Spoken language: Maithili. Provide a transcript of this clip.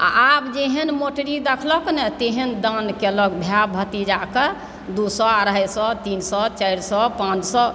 आ आब जेहन मोटरी देखलक ने तेहन दान कयलक भाय भतीजाके दू सए अढ़ाइ सए तीन सए चारि सए पाँच सए